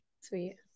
sweet